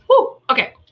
okay